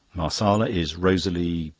marsala is rosily,